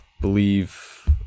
believe